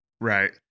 Right